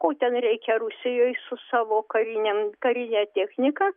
ko ten reikia rusijoj su savo karinėm karine technika